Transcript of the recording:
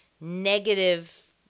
negative